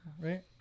right